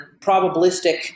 probabilistic